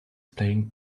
playing